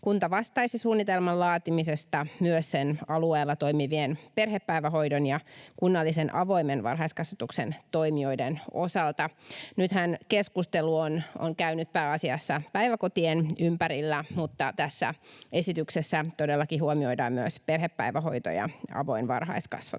Kunta vastaisi suunnitelman laatimisesta myös sen alueella toimivien perhepäivähoidon ja kunnallisen avoimen varhaiskasvatuksen toimijoiden osalta. Nythän keskustelu on käynyt pääasiassa päiväkotien ympärillä, mutta tässä esityksessä todellakin huomioidaan myös perhepäivähoito ja avoin varhaiskasvatus.